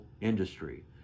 industry